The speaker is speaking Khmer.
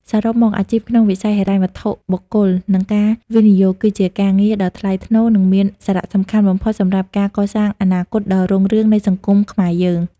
សរុបមក អាជីពក្នុងវិស័យហិរញ្ញវត្ថុបុគ្គល និងការវិនិយោគ គឺជាការងារដ៏ថ្លៃថ្នូរ និងមានសារៈសំខាន់បំផុតសម្រាប់ការកសាងអនាគតដ៏រុងរឿងនៃសង្គមខ្មែរយើង។